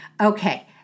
Okay